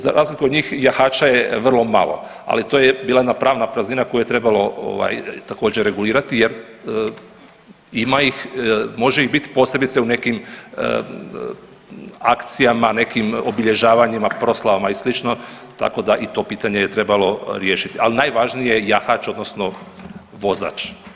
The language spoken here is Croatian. Za razliku od njih jahača je vrlo malo, ali to je bila jedna pravna praznina koju je trebalo također regulirati jer ima ih, može ih biti posebice u nekim akcijama, nekim obilježavanjima, proslavama i sl. tako da i to pitanje je trebalo riješit, ali najvažnije je jahač odnosno vozač.